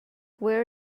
wear